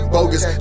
Bogus